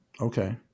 Okay